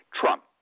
Trump